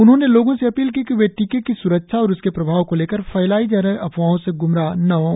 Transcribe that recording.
उन्होंने लोगों से अपील की कि वे टीके की स्रक्षा और उसके प्रभाव को लेकर फैलाई जा रही अफवाहों से ग्मराह ना हों